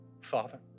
Father